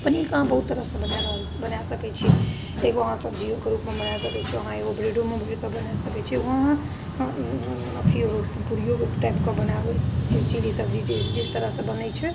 पनीरके अहाँ बहुत तरहसँ बना रहल बना बना सकै छिए एगो अहाँ सब्जिओके रूपमे बना सकै छिए अहाँ एगो ब्रेडोमे भरिके बना सकै छिए ओ अहाँ अथिओ पूड़िओ टाइपके बनाबै छै चिली सब्जी जिस तरहसँ बनै छै